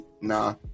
Nah